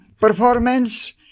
performance